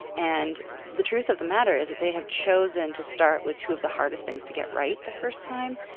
and the truth of the matter is that they have chosen to start with two of the hardest things to get right the first time.